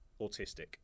autistic